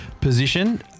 position